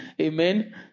Amen